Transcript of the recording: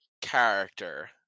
character